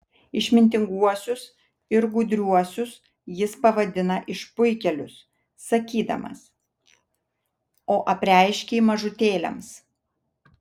išmintinguosius ir gudriuosius jis pavadina išpuikėlius sakydamas o apreiškei mažutėliams